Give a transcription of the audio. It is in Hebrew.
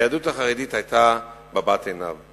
היהדות החרדית היתה בבת עיניו,